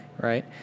Right